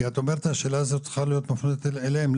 את אומרת שהשאלה צריכה להיות מופנית אליהם,